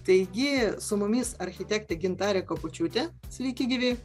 taigi su mumis architektė gintarė kapočiūtė sveiki gyvi